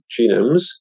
genomes